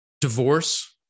divorce